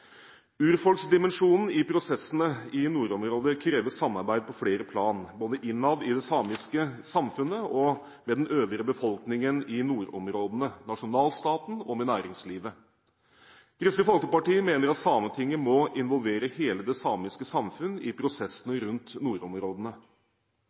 Urfolksdimensjonen i prosessene i nordområder krever samarbeid på flere plan, både innad i det samiske samfunnet og med den øvrige befolkningen i nordområdene, nasjonalstaten og med næringslivet. Kristelig Folkeparti mener at Sametinget må involvere hele det samiske samfunn i prosessene